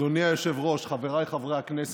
אדוני היושב-ראש, חבריי חברי הכנסת,